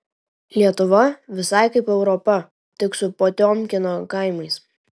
lietuva visai kaip europa tik su potiomkino kaimais